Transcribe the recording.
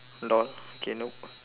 lol okay nope